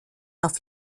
auf